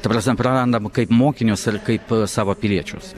ta prasme prarandam kaip mokinius ir kaip savo piliečius